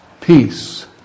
Peace